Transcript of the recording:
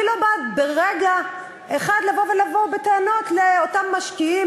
אני לא באה לרגע אחד בטענות לאותם משקיעים,